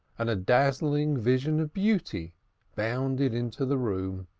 and a dazzling vision of beauty bounded into the room.